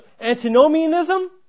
antinomianism